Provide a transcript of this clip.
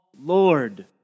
Lord